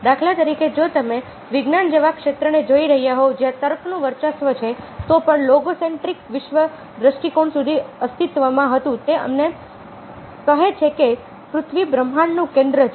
દાખલા તરીકે જો તમે વિજ્ઞાન જેવા ક્ષેત્રને જોઈ રહ્યા હોવ જ્યાં તર્કનું વર્ચસ્વ છે તો પણ લોગોસેન્ટ્રિક વિશ્વ દૃષ્ટિકોણ સુધી અસ્તિત્વમાં હતું તે અમને કહે છે કે પૃથ્વી બ્રહ્માંડનું કેન્દ્ર છે